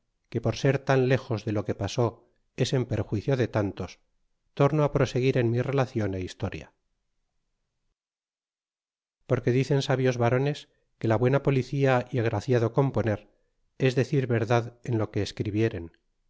que por ser tan lejos de lo que pasó es en perjuicio de tantos torno proseguir en mi relacion é historia porque diem sabios varones que la buena policia y agracia do componer es decir verdad en lo que escribieren